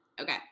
Okay